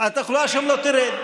התחלואה שם לא תרד.